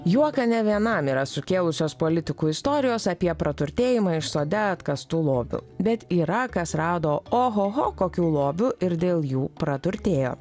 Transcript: juoką ne vienam yra sukėlusios politikų istorijos apie praturtėjimą iš sode atkastų lobių bet yra kas rado ohoho kokių lobių ir dėl jų praturtėjo